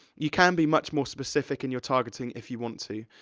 you can be much more specific in your targeting, if you want to.